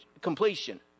completion